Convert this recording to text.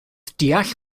deall